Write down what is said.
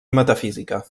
metafísica